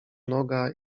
noga